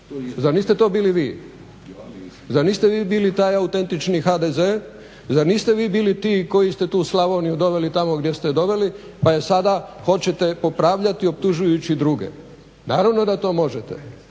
Zar niste to bili vi? Zar niste vi bili taj autentični HDZ? Zar niste vi bili ti koji ste tu Slavoniju doveli tamo gdje ste je doveli pa je sada hoćete popravljati optužujući druge? Naravno da to možete